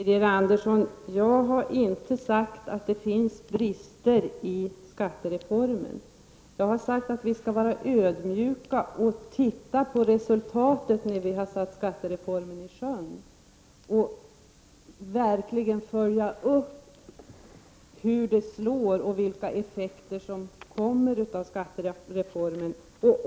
Herr talman! Jag har inte sagt, Birger Andersson, att skattereformen har brister, utan jag har sagt att vi skall vara ödmjuka. När skattereformen väl har införts får vi studera resultatet. Vi måste verkligen följa upp skattereformen och se hur den slår samt studera effekterna av reformen.